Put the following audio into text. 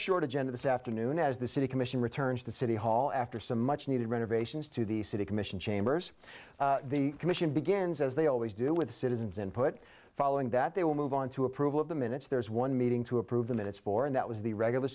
short agenda this afternoon as the city commission returns to city hall after some much needed renovations to the city commission chambers the commission begins as they always do with the citizens input following that they will move on to approval of the minutes there is one meeting to approve the minutes for and that was the regular